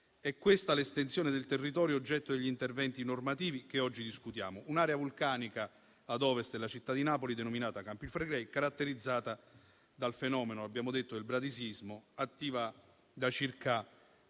è questa l'estensione del territorio oggetto degli interventi normativi che oggi discutiamo, un'area vulcanica ad ovest della città di Napoli denominata Campi Flegrei, caratterizzata dal fenomeno del bradisismo, attiva da circa